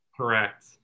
correct